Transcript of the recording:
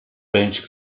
bench